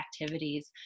activities